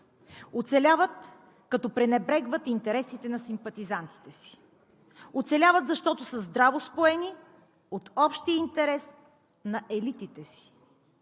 Оцеляват, като пренебрегват интересите на симпатизантите си. Оцеляват, защото са здраво споени от общия интерес на елитите си.